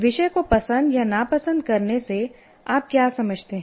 विषय को पसंद या नापसंद करने से आप क्या समझते हैं